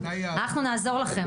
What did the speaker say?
אנחנו נעזור לכם,